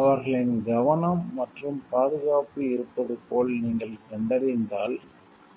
அவர்களின் கவனம் மற்றும் பாதுகாப்பு இருப்பது போல் நீங்கள் கண்டறிந்தால்